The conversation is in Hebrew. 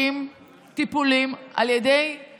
הם ילדים שמתקשים בלימודים, אדוני.